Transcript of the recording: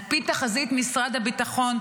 על פי תחזית משרד הביטחון,